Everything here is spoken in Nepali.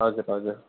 हजुर हजुर